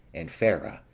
and phara,